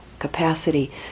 capacity